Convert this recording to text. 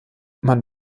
man